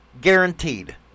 Guaranteed